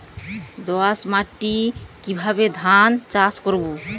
দোয়াস মাটি কিভাবে ধান চাষ করব?